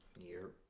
Year